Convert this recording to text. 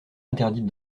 interdite